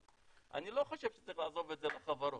אני לא חושב שצריך לעזוב את זה לחברות.